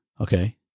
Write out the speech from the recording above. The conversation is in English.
Okay